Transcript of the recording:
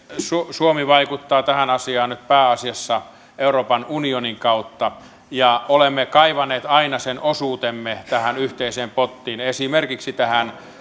suomi vaikuttaa tähän asiaan nyt pääasiassa euroopan unionin kautta olemme kaivaneet aina sen osuutemme tähän yhteiseen pottiin esimerkiksi tähän